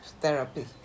therapy